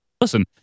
Listen